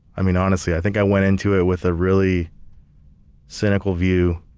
i mean honestly i think i went into it with a really cynical view.